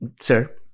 sir